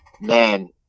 man